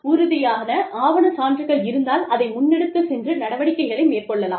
உறுதியான ஆவணச் சான்றுகள் இருந்தால் அதை முன்னெடுத்து சென்று நடவடிக்கைகளை மேற்கொள்ளலாம்